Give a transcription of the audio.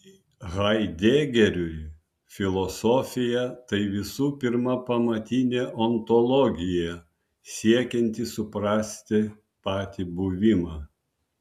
haidegeriui filosofija tai visų pirma pamatinė ontologija siekianti suprasti patį buvimą